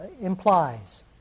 implies